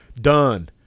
Done